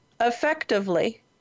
effectively